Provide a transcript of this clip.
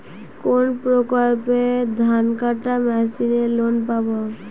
কোন প্রকল্পে ধানকাটা মেশিনের লোন পাব?